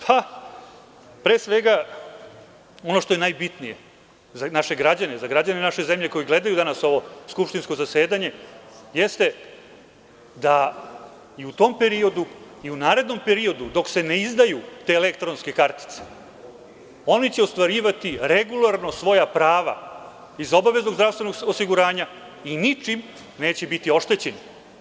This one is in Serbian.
Pre svega, ono što je najbitnije za naše građane, za građane naše zemlje koji gledaju danas ovo skupštinsko zasedanje jeste da i u tom periodu i u narednom periodu dok se ne izdaju te elektronske kartice, oni će ostvarivati regularno svoja prava iz obaveznog zdravstvenog osiguranja i ničim neće biti oštećeni.